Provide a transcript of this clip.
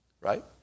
right